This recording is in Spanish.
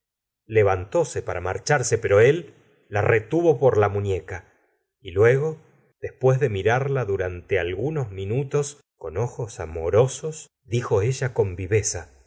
levantése para marcharse pero él la retuvo por la muñeca y luego despues de mirarla durante algunos minutos con ojos amorosos dijo ella con viveza